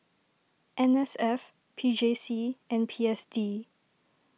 N S F P J C and P S D